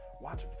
Watch